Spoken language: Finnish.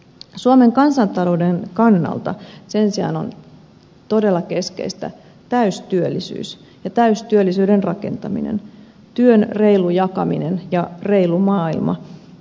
suomen kansantalouden kannalta sen sijaan on todella keskeistä täystyöllisyys ja täystyöllisyyden rakentaminen työn reilu jakaminen ja reilu maailma